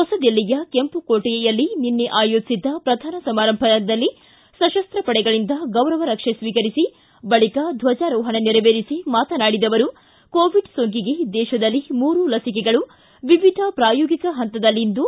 ಹೊಸದಿಲ್ಲಿಯ ಕೆಂಪು ಕೋಟೆಯಲ್ಲಿ ನಿನ್ನೆ ಆಯೋಜಿಸಿದ್ದ ಪ್ರಧಾನ ಸಮಾರಂಭದಲ್ಲಿ ಸತಸ್ತ ಪಡೆಗಳಿಂದ ಗೌರವ ರಕ್ಷೆ ಸ್ವೀಕರಿಸಿ ಬಳಿಕ ದ್ವಜಾರೋಹಣ ನೆರವೇರಿಸಿ ಮಾತನಾಡಿದ ಅವರು ಕೋವಿಡ್ ಸೋಂಕಿಗೆ ದೇಶದಲ್ಲಿ ಮೂರು ಲಿಚಿಕೆಗಳು ವಿವಿಧ ಪ್ರಾಯೋಗಿಕ ಹಂತದಲ್ಲಿದ್ದು